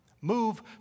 Move